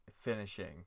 finishing